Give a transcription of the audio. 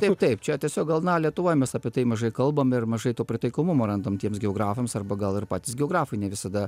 taip taip čia tiesiog gal na lietuvoj mes apie tai mažai kalbame ir mažai to pritaikomumo randam tiems geografams arba gal ir patys geografai ne visada